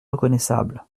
reconnaissable